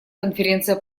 конференция